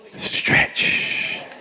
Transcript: Stretch